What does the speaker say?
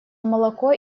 молоко